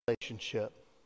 relationship